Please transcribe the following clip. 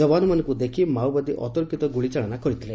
ଯବାନମାନଙ୍କୁ ଦେଖି ମାଓବାଦୀ ଅତର୍କିତ ଗୁଳି ଚଳାଇଥିଲେ